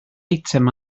eitem